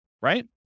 right